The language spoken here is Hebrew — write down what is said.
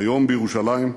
היום בירושלים,